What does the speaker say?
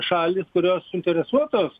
šalys kurios suinteresuotos